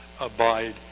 abide